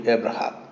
Abraham